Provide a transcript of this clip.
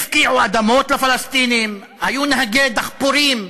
הפקיעו אדמות לפלסטינים, היו נהגי דחפורים,